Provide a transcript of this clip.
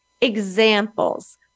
examples